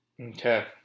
Okay